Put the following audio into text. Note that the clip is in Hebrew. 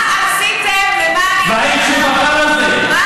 ותיתן תשובה, לא